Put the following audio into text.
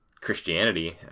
Christianity